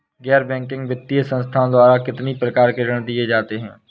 गैर बैंकिंग वित्तीय संस्थाओं द्वारा कितनी प्रकार के ऋण दिए जाते हैं?